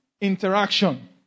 interaction